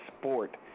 sport